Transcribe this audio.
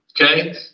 okay